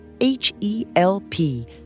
H-E-L-P